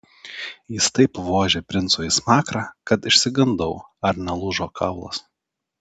jis taip vožė princui į smakrą kad išsigandau ar nelūžo kaulas